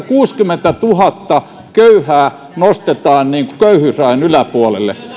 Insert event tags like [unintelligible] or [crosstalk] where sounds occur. [unintelligible] kuusikymmentätuhatta köyhää nostetaan köyhyysrajan yläpuolelle